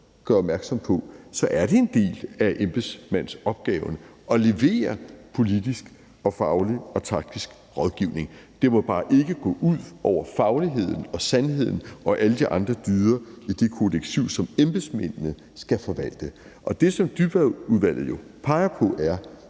gør opmærksom på, er det en del af embedsmandsopgaven at levere politisk og faglig og taktisk rådgivning. Det må bare ikke gå ud over fagligheden og sandheden og alle de andre dyder ved det Kodeks VII, som embedsmændene skal forvalte. Det, som Dybvad-udvalget jo peger på, er,